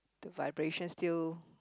the vibration still